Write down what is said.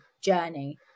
journey